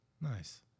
Nice